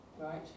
Right